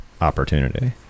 opportunity